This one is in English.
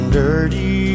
dirty